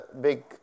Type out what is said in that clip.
big